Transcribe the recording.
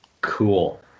cool